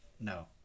No